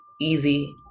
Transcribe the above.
easy